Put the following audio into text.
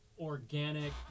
organic